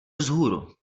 vzhůru